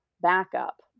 backup